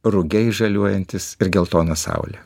rugiai žaliuojantys ir geltona saulė